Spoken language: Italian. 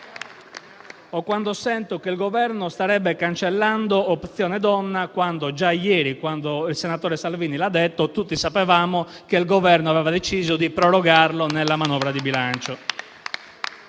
poi dire che il Governo starebbe cancellando opzione donna, quando già ieri, quando il senatore Salvini l'ha detto, tutti sapevamo che il Governo aveva deciso di prorogarla nella manovra di bilancio.